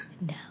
No